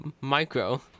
micro